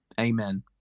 Amen